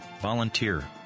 volunteer